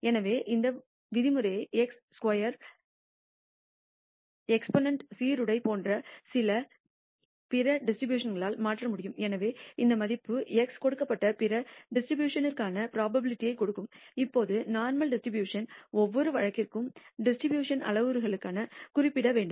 எனவே இந்த விதிமுறையை χ ஸ்கொயர் எக்ஸ்போநண்ட் சீருடை போன்ற பிற டிஸ்ட்ரிபியூஷன்களால் மாற்ற முடியும் எனவே இந்த மதிப்பு x கொடுக்கப்பட்ட பிற டிஸ்ட்ரிபூஷணனின்ற்கான புரோபாபிலிடிஐ கொடுக்கும் இப்போது நோர்மல் டிஸ்ட்ரிபூஷணனின்ல் ஒவ்வொரு வழக்கிற்கும் டிஸ்ட்ரிபூஷணனின்ன் அளவுருக்கள் குறிப்பிடப்பட வேண்டும்